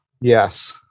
yes